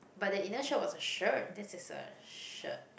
but the inner shirt was a shirt this is a shirt